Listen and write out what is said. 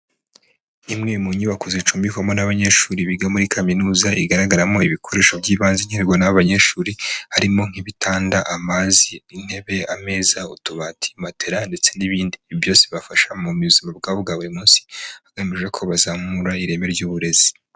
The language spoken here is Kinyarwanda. Imwe mu nyubako zicumbikwamo n'abanyeshuri biga muri kaminuza igaragaramo ibikoresho by'ibanze. Ibinkenerwa n'abanyeshuri harimo nk'ibitanda amazi intebe ameza utubati matela ,ndetse n'ibindi byose byabafasha mu buzima bwabo bwa buri munsi bugamije ko bazamura ireme ry'uburezi.